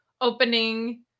opening